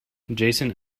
jason